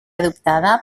adoptada